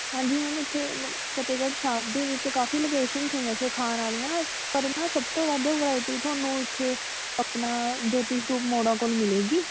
ਹਾਂਜੀ ਮੈਮ ਇੱਥੇ ਮ ਫਤਿਹਗੜ੍ਹ ਸਾਹਿਬ ਦੇ ਵਿੱਚ ਕਾਫ਼ੀ ਲੋਕੇਸ਼ਨਸ ਨੇ ਵੈਸੇ ਖਾਣ ਵਾਲੀਆਂ ਪਰ ਹੈ ਨਾ ਸਭ ਤੋਂ ਵੱਧ ਵਰਾਇਟੀ ਤੁਹਾਨੂੰ ਇੱਥੇ ਆਪਣਾ ਜੋਤੀ ਸਰੂਪ ਮੋੜਾਂ ਕੋਲ ਮਿਲੇਗੀ